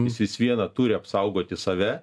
jis vis viena turi apsaugoti save